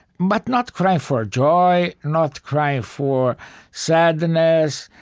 but not crying for joy, not crying for sadness,